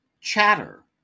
Chatter